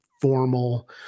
formal